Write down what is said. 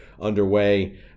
underway